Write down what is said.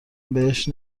بهش